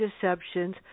deceptions